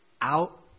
out